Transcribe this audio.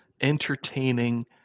entertaining